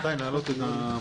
אפשר בינתיים להעלות את המצגת.